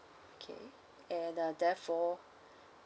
okay and uh therefore